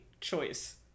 choice